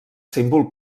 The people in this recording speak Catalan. símbol